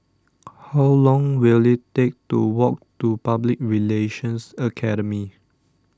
how long will it take to walk to Public Relations Academy